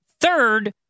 Third